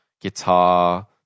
guitar